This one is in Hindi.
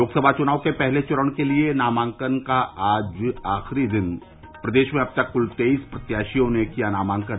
लोकसभा चुनाव के पहले चरण के लिए नामांकन का आखिरी दिन आज प्रदेश में अब तक कुल तेईस प्रत्याशियों ने किया नामांकन